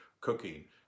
cooking